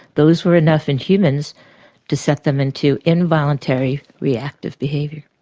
those were enough in humans to set them into involuntary reactive behaviour.